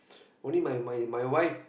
only my my my wife